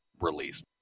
released